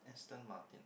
Aston-Martin